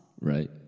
Right